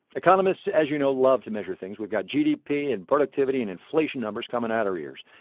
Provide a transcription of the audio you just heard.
economists, as you know, love to measure things. we've got gdp and productivity and inflation numbers coming out our ears.